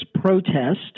protest